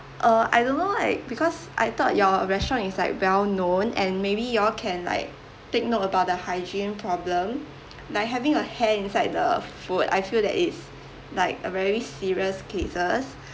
uh I don't know like because I thought your restaurant is like well known and maybe y'all can like take note about the hygiene problem like having a hair inside the food I feel that it's like a very serious cases